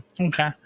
Okay